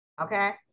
Okay